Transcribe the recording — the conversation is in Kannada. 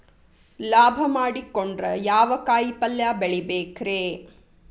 ಲಾಭ ಮಾಡಕೊಂಡ್ರ ಯಾವ ಕಾಯಿಪಲ್ಯ ಬೆಳಿಬೇಕ್ರೇ?